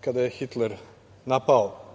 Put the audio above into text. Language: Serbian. kada je Hitler napao